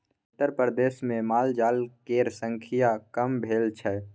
उत्तरप्रदेशमे मालजाल केर संख्या कम भेल छै